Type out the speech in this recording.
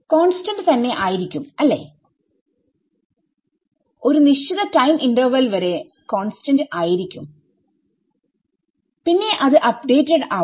constant തന്നെ ആയിരിക്കും അല്ലെ ഒരു നിശ്ചിത ടൈം ഇന്റർവെൽ വരെ കോൺസ്റ്റന്റ് ആയിരിക്കുംപിന്നെ അത് അപ്ഡേറ്റഡ് ആവും